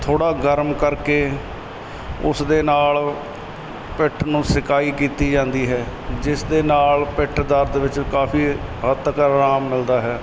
ਥੋੜ੍ਹਾ ਗਰਮ ਕਰਕੇ ਉਸ ਦੇ ਨਾਲ ਪਿੱਠ ਨੂੰ ਸਿਕਾਈ ਕੀਤੀ ਜਾਂਦੀ ਹੈ ਜਿਸ ਦੇ ਨਾਲ ਪਿੱਠ ਦਰਦ ਵਿੱਚ ਕਾਫੀ ਹੱਦ ਤੱਕ ਆਰਾਮ ਮਿਲਦਾ ਹੈ